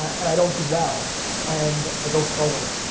and i don't dwell and i go forward.